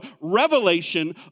revelation